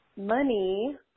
money